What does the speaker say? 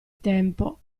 tempo